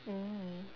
mm